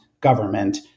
government